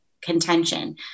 contention